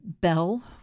Bell